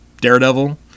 Daredevil